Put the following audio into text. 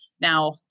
now